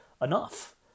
enough